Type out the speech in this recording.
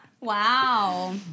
Wow